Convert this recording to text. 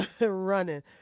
Running